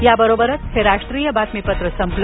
याबरोबरच हे राष्ट्रीय बातमीपत्र संपलं